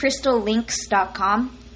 crystallinks.com